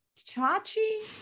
Chachi